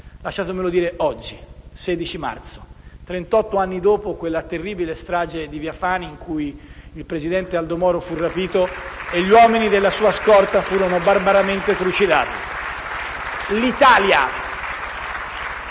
Lasciatemelo dire oggi, 16 marzo, trentotto anni dopo quella terribile strage di via Fani in cui il presidente Aldo Moro fu rapito e gli uomini della sua scorta furono barbaramente trucidati.